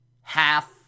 half